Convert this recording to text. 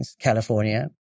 California